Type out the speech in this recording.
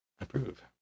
approve